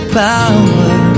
power